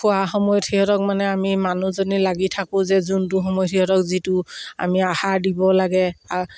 খোৱা সময়ত সিহঁতক মানে আমি মানুহজনী লাগি থাকোঁ যে যোনটো সময়ত সিহঁতক যিটো আমি আহাৰ দিব লাগে আ